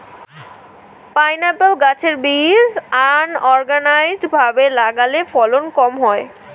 pineapple গাছের বীজ unorganised ভাবে লাগালে ফলন কম হয়